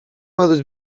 moduz